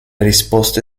risposte